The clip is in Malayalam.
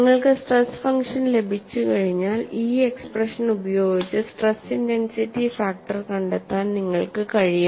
നിങ്ങൾക്ക് സ്ട്രെസ് ഫംഗ്ഷൻ ലഭിച്ചുകഴിഞ്ഞാൽ ഈ എക്സ്പ്രഷൻ ഉപയോഗിച്ച് സ്ട്രെസ് ഇന്റെൻസിറ്റി ഫാക്ടർ കണ്ടെത്താൻ നിങ്ങൾക്ക് കഴിയും